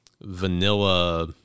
vanilla